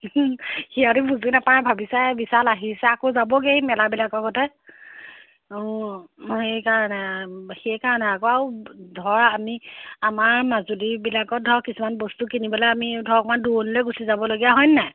সিহঁতি বুজি নাপায় ভাবিছা বিশাল আহিছা আকৌ যাবগৈ এই মেলাবিলাকৰ অঁ মই সেইকাৰণে সেইকাৰণে আকৌ আৰু ধৰ আমি আমাৰ মাজুলীবিলাকত ধৰ কিছুমান বস্তু কিনিবলৈ আমি ধৰ অকণমান দূৰলৈ গুচি যাবলগীয়া হয়নে নাই